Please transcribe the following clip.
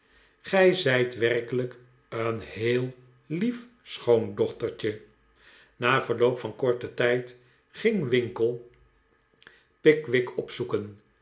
gij zijt werkelijk een heel lief schoondochtertje na verloop van korten tijc ging winkle pickwick opzoeken